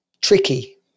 tricky